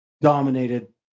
dominated